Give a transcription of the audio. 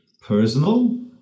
personal